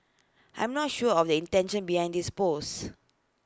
I'm not sure of the intention behind this post